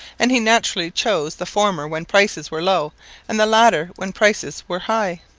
and he naturally chose the former when prices were low and the latter when prices were high.